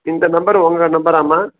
இந்த நம்பர் உங்களோட நம்பரா அம்மா